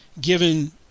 given